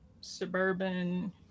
suburban